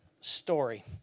story